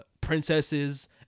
princesses